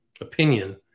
opinion